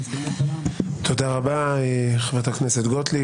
תודה רבה, חברת הכנסת גוטליב.